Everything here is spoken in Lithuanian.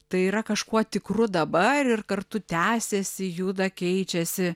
tai yra kažkuo tikru dabar ir kartu tęsiasi juda keičiasi